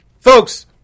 Folks